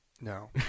No